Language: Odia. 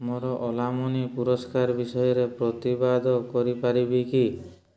ମୋର ଓଲା ମନି ପୁରସ୍କାର ବିଷୟରେ ପ୍ରତିବାଦ କରିପାରିବି କି